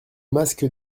masque